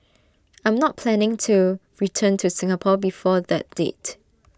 I'm not planning to return to Singapore before that date